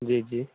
जी जी